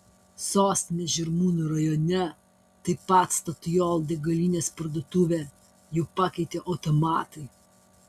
sostinės žirmūnų rajone taip pat statoil degalinės parduotuvę jau pakeitė automatai